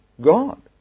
God